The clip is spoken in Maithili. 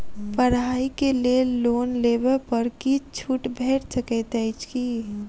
पढ़ाई केँ लेल लोन लेबऽ पर किछ छुट भैट सकैत अछि की?